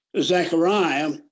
Zechariah